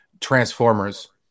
Transformers